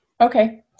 Okay